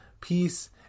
peace